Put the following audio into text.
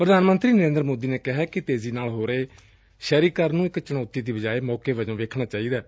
ਪ੍ਰਧਾਨ ਮੰਤਰੀ ਨਰੇਂਦਰ ਮੋਦੀ ਨੇ ਕਿਹੈ ਕਿ ਤੇਜ਼ੀ ਨਾਲ ਹੋ ਰਹੇ ਸ਼ਹਿਰੀਕਰਨ ਨੂੰ ਇਕ ਚੁਣੌਤੀ ਦੀ ਬਜਾਏ ਮੌਕੇ ਵਜੋਂ ਵੇਖਣਾ ਚਾਹੀਦੈ